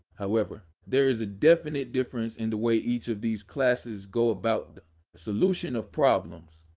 however, there is a definite difference in the way each of these classes go about the solution of problems.